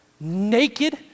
naked